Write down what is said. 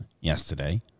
yesterday